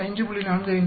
452 6